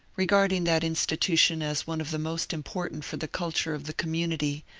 regarding that institution as one of the most important for the culture of the com munity,